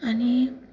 आनी